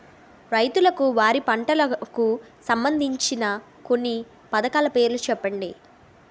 రైతులకు వారి పంటలకు సంబందించిన కొన్ని పథకాల పేర్లు చెప్పండి?